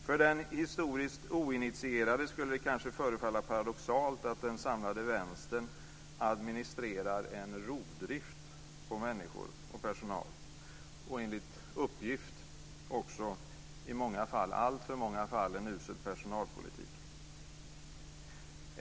För den historiskt oinitierade skulle det kanske förefalla paradoxalt att den samlade vänstern administrerar en rovdrift på människor och personal, och enligt uppgift också i många fall - alltför många fall - en usel personalpolitik.